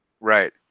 Right